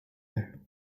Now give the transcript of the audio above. her